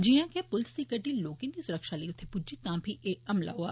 जियां गै पुलस दी गड्डी लोकें दी सुरक्षा लेई उत्थे पुज्जी तां फीह् एह् हमला होआ